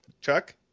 Chuck